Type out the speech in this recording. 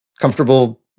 comfortable